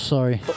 Sorry